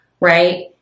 right